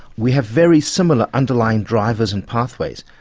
we have very similar underlying drivers and pathways.